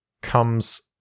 comes